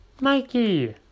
Mikey